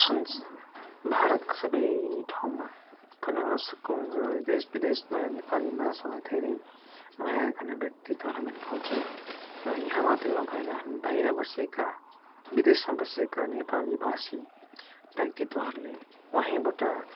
भारतको सबै ठाउँमा फैलाउन सकौँ र देश विदेशमा नेपाली भाषालाई धेरै माया गर्ने व्यक्तित्वहरू हामी पाउँछौँ र यहाँ मात्र नभएर हामी बाहिर बसेका विदेशमा बसेका नेपाली भाषी व्यक्तित्वहरूले त्यहीँबाट